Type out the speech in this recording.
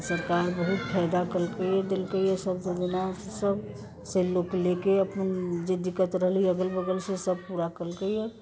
आब सरकार बहुत फायदा देलकैया जेना सब से लोक लेके अपन जे दिक्कत रहलैया अगल बगल से सब पूरा कयलकैया